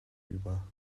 über